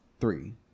three